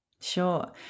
Sure